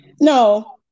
No